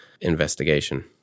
investigation